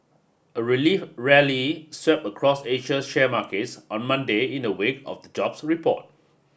a relief rally swept across Asian share markets on Monday in a wake of jobs report